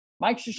Mike